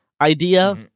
idea